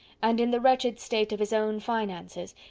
and in the wretched state of his own finances,